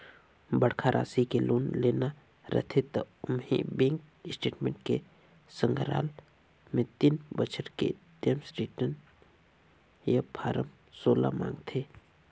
बड़खा रासि के लोन लेना रथे त ओम्हें बेंक स्टेटमेंट के संघराल मे तीन बछर के टेम्स रिर्टन य फारम सोला मांगथे